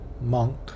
monk